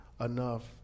enough